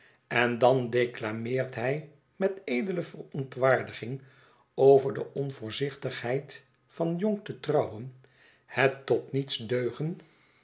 en dan declameert hij met edele verontwaardiging over de onvoorzichtigheid van jong te trouwen het tot niets deugen